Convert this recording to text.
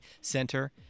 Center